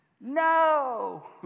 No